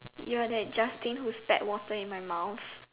you were that Justin who spat water in my mouth